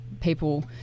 people